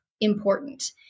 important